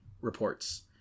reports